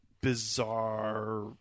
bizarre